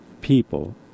people